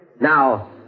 Now